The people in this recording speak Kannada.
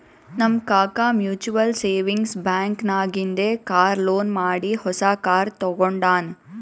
ನಮ್ ಕಾಕಾ ಮ್ಯುಚುವಲ್ ಸೇವಿಂಗ್ಸ್ ಬ್ಯಾಂಕ್ ನಾಗಿಂದೆ ಕಾರ್ ಲೋನ್ ಮಾಡಿ ಹೊಸಾ ಕಾರ್ ತಗೊಂಡಾನ್